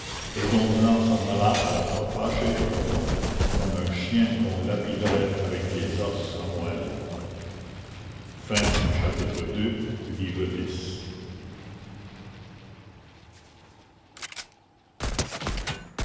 et dont jehan s'en alla à la fois fâché et content comme un chien qu'on lapiderait avec des os à moelle iii